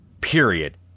period